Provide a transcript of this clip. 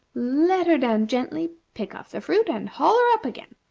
let her down gently, pick off the fruit, and haul her up again.